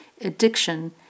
addiction